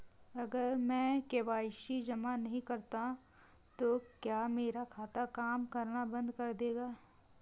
अगर मैं के.वाई.सी जमा नहीं करता तो क्या मेरा खाता काम करना बंद कर देगा?